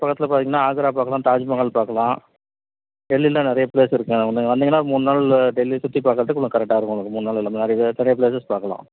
பக்கத்தில் பார்த்தீங்கன்னா ஆக்ரா பார்க்கலாம் தாஜ்மஹால் பார்க்கலாம் டெல்லியில் நிறைய ப்ளேஸ் இருக்குது நீங்கள் வந்தீங்கன்னா மூணு நாள் டெல்லி சுற்றி பார்க்கறதுக்கு உங்களுக்கு கரெக்டாக இருக்கும் உனக்கு மூணு நாள் நிறைய ப்ளேஸஸ் பார்க்கலாம்